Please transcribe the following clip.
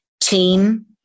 team